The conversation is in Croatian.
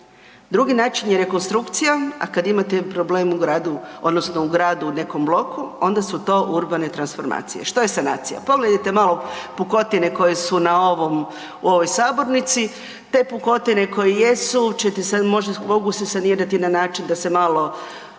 drugi način je rekonstrukcija, a kada imate problem u gradu u nekom bloku onda su to urbane transformacije. Što je sanacija? Pogledajte malo pukotine koje su u ovoj sabornici, te pukotine koje jesu mogu se sanirati na način da se